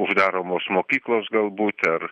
uždaromos mokyklos galbūt ar